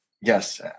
yes